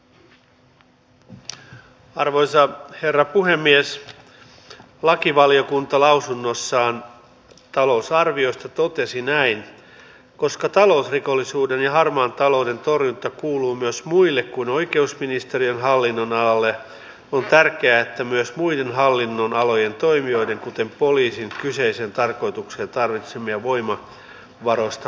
työllisyyden osalta ainakin itse ajattelen niin kun olen seurannut tätä työllisyyden kuntakokeilua joka nyt päättyi ja toivottavasti tältä sektorilta nämä kokeilut vielä jatkuvatkin että tämän tuloksena ehkä se paras toimija tällä sektorilla on nimenomaan kunnat